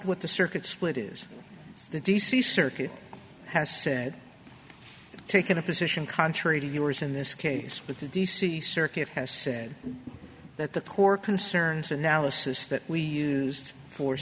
what the circuit split is the d c circuit has said taking a position contrary to yours in this case what the d c circuit has said that the core concerns analysis that we use for